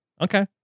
Okay